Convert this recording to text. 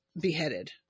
beheaded